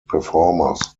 performers